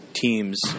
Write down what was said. teams